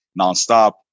nonstop